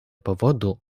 powodu